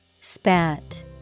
Spat